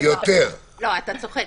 לא, אתה צוחק.